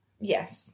Yes